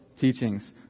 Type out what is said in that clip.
teachings